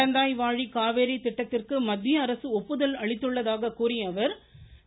நடந்தாய் வாழி காவேரி திட்டத்திற்கு மத்தியஅரசு ஒப்புதல் அளித்துள்ளதாக கூறிய அவர் முதலமைச்சர்